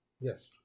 Yes